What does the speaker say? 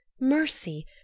mercy